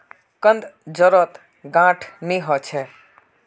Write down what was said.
कंद जड़त गांठ नी ह छ